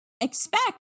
expect